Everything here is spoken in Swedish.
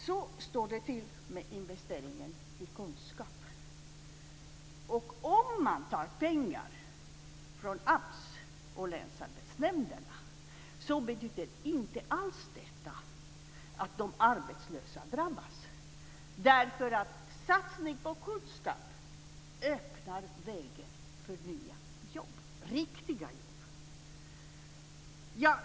Så står det till med investeringen i kunskap. Om man tar pengar från AMS och länsarbetsnämnderna betyder det inte alls att de arbetslösa drabbas. Satsning på kunskap öppnar nämligen vägen för nya jobb, riktiga jobb.